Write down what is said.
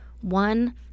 One